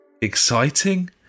exciting